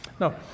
no